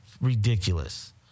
ridiculous